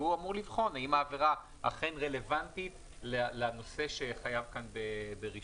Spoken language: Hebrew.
והוא אמור לבחון האם העבירה אכן רלוונטית לנושא שחייב ברישוי.